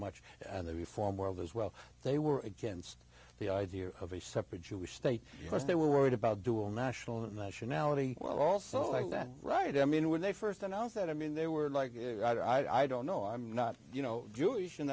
much and the reform world as well they were against the idea of a separate jewish state because they were worried about dual national and nationality well also like that right i mean when they st announced that i mean they were like it i don't know i'm not you know jewish and